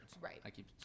Right